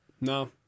No